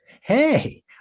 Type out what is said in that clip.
Hey